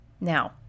Now